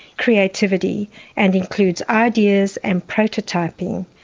creativity and includes ideas and prototyping,